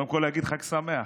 קודם כול, נגיד חג שמח.